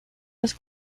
was